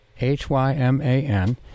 H-Y-M-A-N